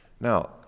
Now